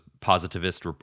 positivist